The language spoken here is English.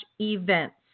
events